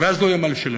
ואז לא יהיה מה לשלם.